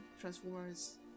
Transformers